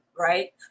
right